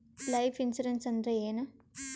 Life insurance ಅಂದ್ರ ಏನ?